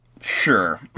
Sure